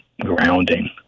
grounding